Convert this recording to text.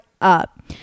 up